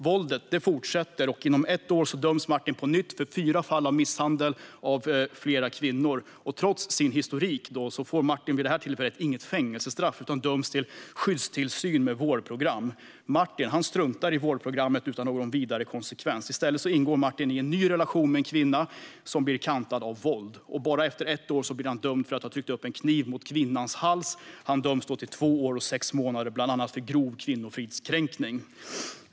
Våldet fortsätter, och inom ett år döms Martin på nytt för fyra fall av misshandel av flera kvinnor. Och trots sin historik får Martin vid det här tillfället inget fängelsestraff utan döms till skyddstillsyn med vårdprogram. Martin struntar i vårdprogrammet utan någon vidare konsekvens. I stället inleder Martin en ny relation med en kvinna, som blir kantad av våld. Efter bara ett år blir han dömd för att ha tryckt upp en kniv mot kvinnans hals. Han döms till två år och sex månader, bland annat för grov kvinnofridskränkning.